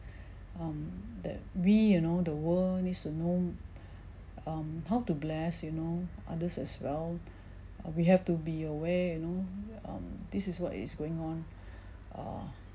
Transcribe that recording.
um that we you know the world needs to know um how to bless you know others as well uh we have to be aware you know um this is what is going on err